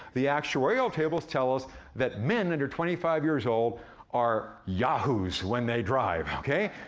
the actuarial tables tell us that men under twenty five years old are yahoos when they drive, okay?